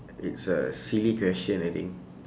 it's a silly question I think